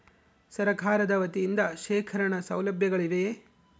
ಸರಕಾರದ ವತಿಯಿಂದ ಶೇಖರಣ ಸೌಲಭ್ಯಗಳಿವೆಯೇ?